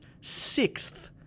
sixth